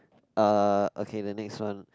uh okay the next one